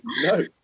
No